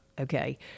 okay